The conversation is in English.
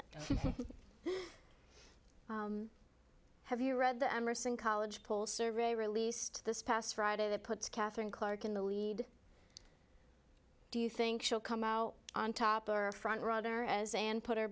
it have you read the emerson college poll survey released this past friday that puts katherine clark in the lead do you think she'll come out on top of her front runner as and put her